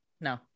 No